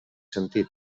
sentit